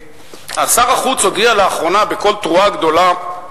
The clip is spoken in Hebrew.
שר החוץ הודיע לאחרונה בקול תרועה גדולה,